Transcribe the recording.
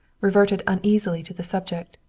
reverted uneasily to the subject.